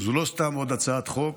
זו לא סתם עוד הצעת חוק,